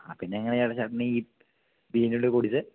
ആ പിന്നെ എങ്ങനെയാണ് ചേട്ടാ ചേട്ടനീ